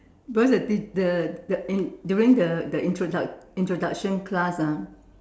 because the tea~ the the in~ during the the introduct~ the introduction class ah